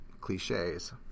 cliches